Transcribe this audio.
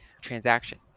transaction